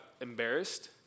embarrassed